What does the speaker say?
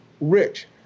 rich